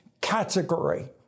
category